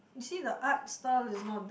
you see the art style is not bad